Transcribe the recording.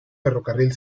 ferrocarril